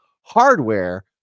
hardware